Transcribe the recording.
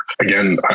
Again